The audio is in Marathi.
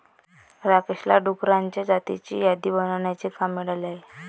राकेशला डुकरांच्या जातींची यादी बनवण्याचे काम मिळाले आहे